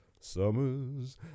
summer's